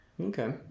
Okay